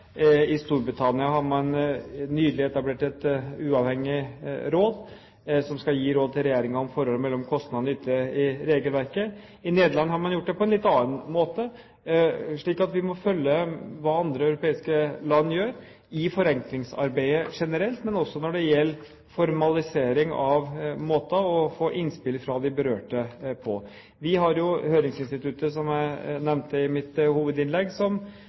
I Storbritannia har man nylig etablert et uavhengig råd som skal gi råd til regjeringen om forholdet mellom kostnad og nytte i regelverket. I Nederland har man gjort det på en litt annen måte, slik at vi må følge med på hva andre europeiske land gjør i forenklingsarbeidet generelt, men også når det gjelder formalisering av måter å få innspill fra de berørte på. Vi har jo høringsinstituttet, som jeg nevnte i mitt hovedinnlegg,